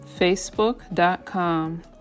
facebook.com